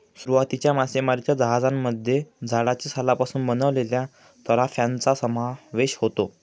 सुरुवातीच्या मासेमारीच्या जहाजांमध्ये झाडाच्या सालापासून बनवलेल्या तराफ्यांचा समावेश होता